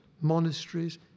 monasteries